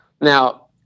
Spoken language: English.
Now